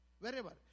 Wherever